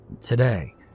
Today